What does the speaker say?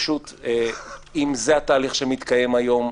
פשוט אם זה התהליך שמתקיים היום,